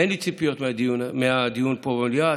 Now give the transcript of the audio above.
אין לי ציפיות מהדיון פה במליאה.